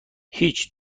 هیچ